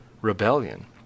rebellion